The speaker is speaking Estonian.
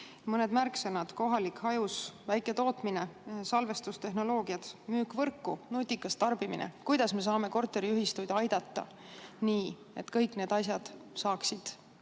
Mõned märksõnad: kohalik, hajus väiketootmine, salvestustehnoloogiad, müük võrku, nutikas tarbimine. Kuidas me saame korteriühistuid aidata nii, et kõiki neid asju ka